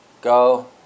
Go